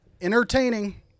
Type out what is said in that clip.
entertaining